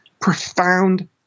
profound